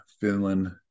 Finland